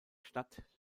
stadt